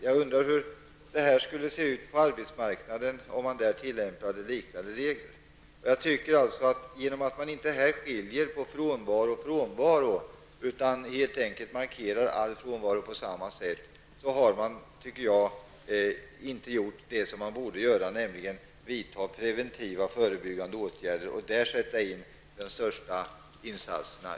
Jag undrar hur det skulle se ut på arbetsmarknaden om man där skulle tillämpa liknande regler. Genom att man inte skiljer på frånvaro och frånvaro utan helt enkelt markerar all frånvaro på samma sätt tycker jag att man här inte gjort det man borde göra, nämligen att vidta preventiva förebyggande åtgärder och där göra de största insatserna.